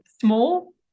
small